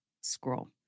scroll